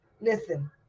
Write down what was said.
Listen